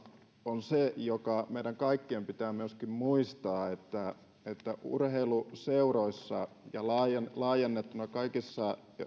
on se joka meidän kaikkien pitää myöskin muistaa että urheiluseuroissa ja laajennettuna kaikissa